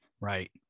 Right